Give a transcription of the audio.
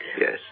Yes